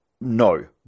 No